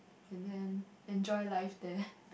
and then enjoy life there